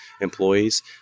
employees